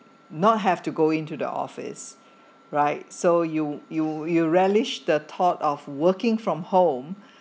not have to go into the office right so you you you relish the thought of working from home